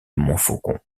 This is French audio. montfaucon